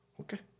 Okay